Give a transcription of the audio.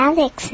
Alex